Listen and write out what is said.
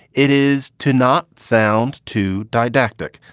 it is to not sound too didactic.